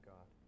God